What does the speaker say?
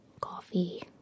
coffee